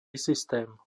systém